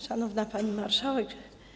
Szanowna Pani Marszałek!